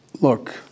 Look